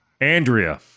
Andrea